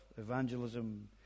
evangelism